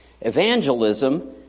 Evangelism